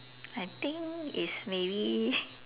I think is maybe